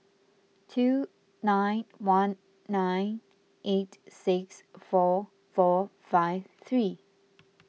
two nine one nine eight six four four five three